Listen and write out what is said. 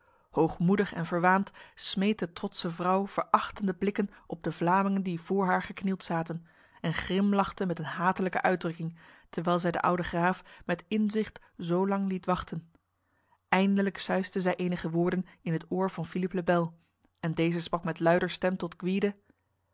hoogmoedig en verwaand smeet de trotse vrouw verachtende blikken op de vlamingen die voor haar geknield zaten en grimlachte met een hatelijke uitdrukking terwijl zij de oude graaf met inzicht zo lang liet wachten eindelijk suisde zij enige woorden in het oor van philippe le bel en deze sprak met luider stem tot gwyde